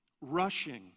rushing